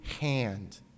hand